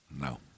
No